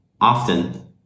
often